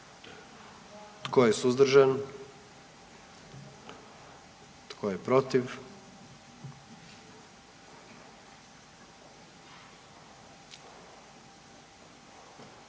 Tko je suzdržan? I tko je protiv?